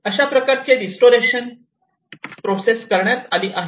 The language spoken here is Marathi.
अशाप्रकारे रिस्टोरेशन प्रोसेस करण्यात आली आहे